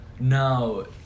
No